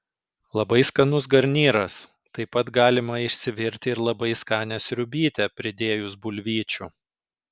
labai skanus garnyras taip pat galima išsivirti ir labai skanią sriubytę pridėjus bulvyčių